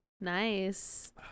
nice